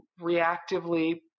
reactively